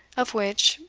of which,